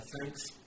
thanks